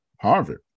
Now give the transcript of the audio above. Harvard